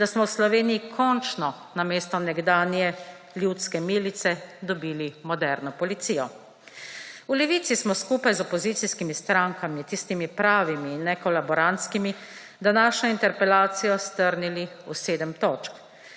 da smo v Sloveniji končno namesto nekdanje ljudske milice dobili moderno policijo. V Levici smo skupaj z opozicijskimi strankami, tistimi pravimi, ne kolaborantskimi, današnjo interpelacijo strnili v 7 točk